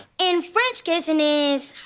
and french kissing is,